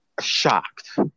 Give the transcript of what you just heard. shocked